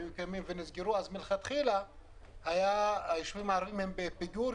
כך שמלכתחילה היישובים הערביים בפיגור,